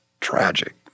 tragic